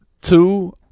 Two